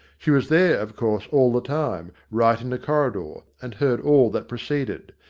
she was there, of course, all the time, right in the corridor, and heard all that proceeded,